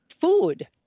food